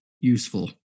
useful